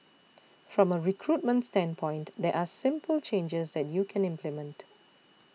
from a recruitment standpoint there are simple changes that you can implement